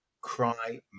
Cry